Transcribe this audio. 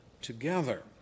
together